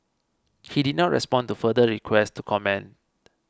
he did not respond to further requests to comment